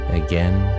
again